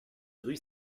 rue